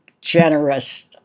generous